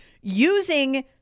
using